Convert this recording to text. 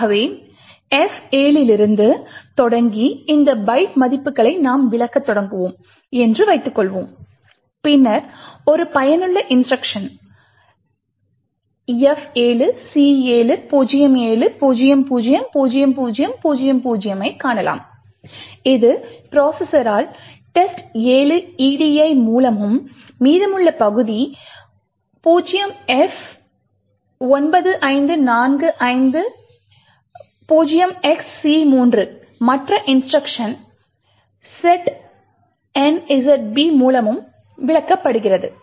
ஆகவே F7 இலிருந்து தொடங்கி இந்த பைட் மதிப்புகளை நாம் விளக்கத் தொடங்குவோம் என்று வைத்துக்கொள்வோம் பின்னர் ஒரு பயனுள்ள இன்ஸ்ட்ருக்ஷன் F7 C7 07 00 00 00 ஐக் காணலாம் இது ப்ரோசஸரால் test 7 edi மூலமும் மீதமுள்ள பகுதி 0f 95 45 0xC3 மற்ற இன்ஸ்ட்ருக்ஷன் setnzb மூலமும் விளக்கப்படுகிறது